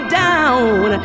down